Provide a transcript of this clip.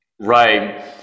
Right